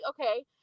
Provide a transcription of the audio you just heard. okay